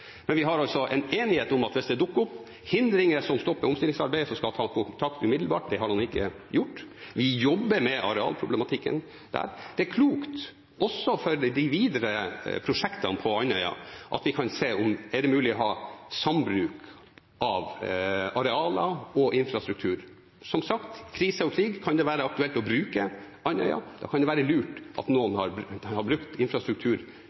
Men vi har altså en enighet om at hvis det dukker opp hindringer som stopper omstillingsarbeidet, skal han ta kontakt umiddelbart. Det har han ikke gjort. Vi jobber med arealproblematikken der. Det er klokt også for de videre prosjektene på Andøya at vi kan se om det er mulig å ha sambruk av arealer og infrastruktur. Som sagt: I krise og krig kan det være aktuelt å bruke Andøya, da kan det være lurt at noen har brukt infrastruktur